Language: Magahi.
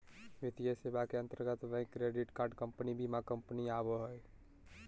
वित्तीय सेवा के अंतर्गत बैंक, क्रेडिट कार्ड कम्पनी, बीमा कम्पनी आवो हय